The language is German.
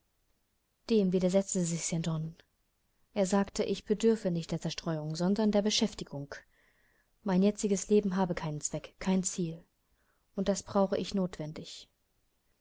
dem widersetzte sich st john er sagte ich bedürfe nicht der zerstreuung sondern der beschäftigung mein jetziges leben habe keinen zweck kein ziel und das brauche ich notwendig